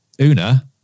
Una